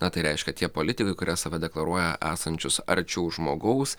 na tai reiškia tie politikai kurie save deklaruoja esančius arčiau žmogaus